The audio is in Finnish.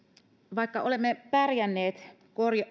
vaikka olemme pärjänneet